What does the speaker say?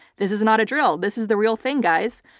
this is not a drill, this is the real thing guys.